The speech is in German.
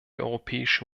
europäische